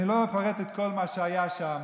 אני לא אפרט את כל מה שהיה שם,